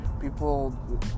people